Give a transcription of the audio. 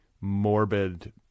morbid